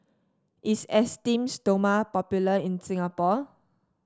is Esteem Stoma popular in Singapore